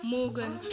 Morgan